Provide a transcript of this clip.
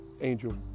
angel